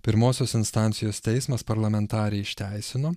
pirmosios instancijos teismas parlamentarę išteisino